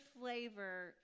flavor